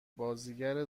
بازیگر